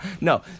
No